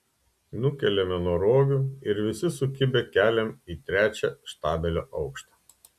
nukeliame nuo rogių ir visi sukibę keliam į trečią štabelio aukštą